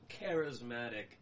charismatic